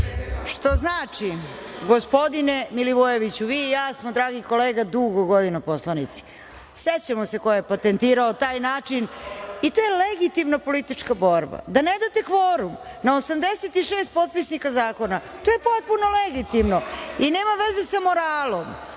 što znači, gospodine Milivojeviću, vi i ja smo, dragi kolega, dugo godina poslanici, sećamo se ko je patentirao taj način, i to je legitimna politička borba. Da ne date kvorum na 86 potpisnika zakona, to je potpuno legitimno i nema veze sa moralom.